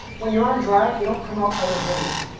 when you're on drive, you don't promote other videos.